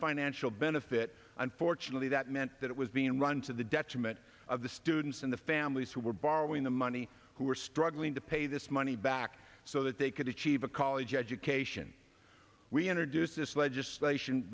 financial benefit unfortunately that meant that it was being run to the detriment of the students and the families who were borrowing the money who were struggling to pay this money back so that they could achieve a college education we introduced this legislation